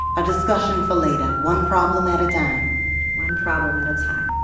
a discussion for later. one problem at a time one problem at a time